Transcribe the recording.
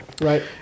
right